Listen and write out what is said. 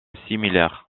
similaire